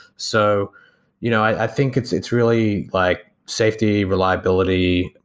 so you know i think it's it's really like safety, reliability,